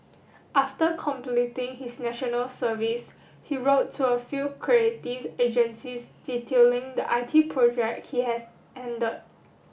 after completing his National Service he wrote to a few creative agencies detailing the I T projects he has handled